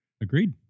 Agreed